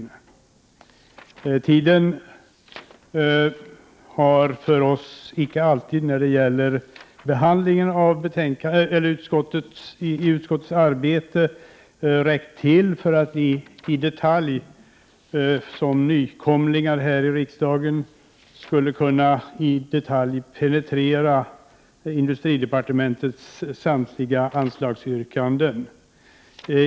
Tiden har för oss miljöpartister icke alltid räckt till för att som nykomlingar i riksdagen i detalj penetrera industridepartementets samtliga anslagsyrkanden.